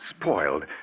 spoiled